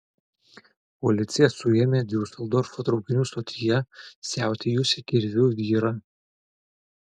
policija suėmė diuseldorfo traukinių stotyje siautėjusį kirviu vyrą